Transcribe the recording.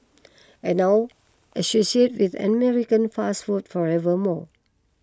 and now associated with American fast food forever more